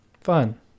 fun